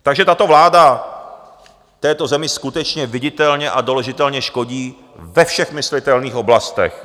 Takže tato vláda této zemi skutečně viditelně a doložitelně škodí ve všech myslitelných oblastech.